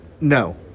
no